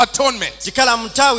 Atonement